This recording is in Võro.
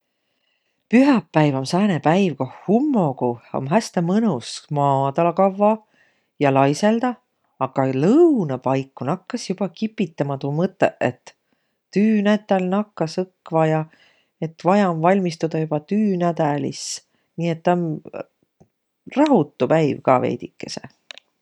Pühäpäiv om sääne päiv, ku hummogu om häste mõnus maadaq kavva ja laisõldaq, aga lõuna paiku nakkas joba kipitämä tuu mõtõq, et tüünätäl nakkas õkva ja, et vaia om valmistudaq joba tüünädälis. Nii et taa om rahutu päiv ka veidikese.